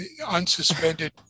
unsuspended